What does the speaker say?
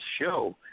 show